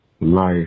life